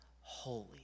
holy